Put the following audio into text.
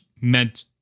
meant